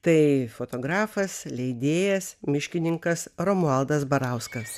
tai fotografas leidėjas miškininkas romualdas barauskas